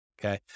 Okay